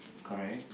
correct